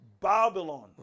Babylon